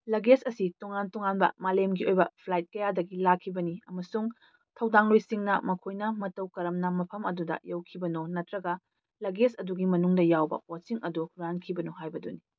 luggage ꯑꯁꯤ ꯇꯣꯉꯥꯟ ꯇꯣꯉꯥꯟꯕ ꯃꯥꯂꯦꯝꯒꯤ ꯑꯣꯏꯕ ꯐ꯭ꯂꯥꯏꯠ ꯀꯌꯥꯗꯒꯤ ꯂꯥꯛꯈꯤꯕꯅꯤ ꯑꯃꯁꯨꯡ ꯊꯧꯗꯥꯡꯂꯣꯏꯁꯤꯡꯅ ꯃꯈꯣꯏꯅ ꯃꯇꯧ ꯀꯔꯝꯅ ꯃꯐꯝ ꯑꯗꯨꯗ ꯌꯧꯈꯤꯕꯅꯣ ꯅꯠꯇ꯭ꯔꯒ ꯂꯒꯦꯁ ꯑꯗꯨꯒꯤ ꯃꯅꯨꯡꯗ ꯌꯥꯎꯕ ꯄꯣꯠꯁꯤꯡ ꯑꯗꯨ ꯍꯨꯔꯥꯟꯈꯤꯕꯅꯣ ꯍꯥꯏꯕꯗꯨꯅꯤ